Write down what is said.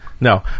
No